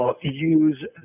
Use